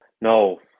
No